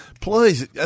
please